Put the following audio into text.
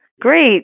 Great